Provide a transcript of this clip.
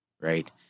right